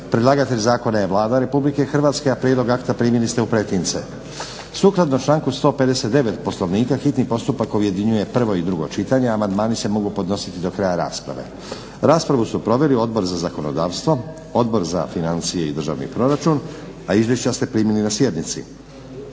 Predlagatelj zakona je Vlada Republike Hrvatske, a prijedlog akta primili ste u pretince. Sukladno članku 159. Poslovnika hitni postupak objedinjuje prvo i drugo čitanje. Amandmani se mogu podnositi do kraja rasprave. Raspravu su proveli Odbor za zakonodavstvo, Odbor za financije i državni proračun, a izvješća ste primili na sjednici.